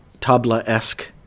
tabla-esque